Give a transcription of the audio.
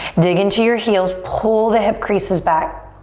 dig into your heels, pull the hip creases back.